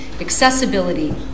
Accessibility